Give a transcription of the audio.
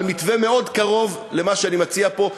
על מתווה מאוד קרוב למה שאני מציע פה,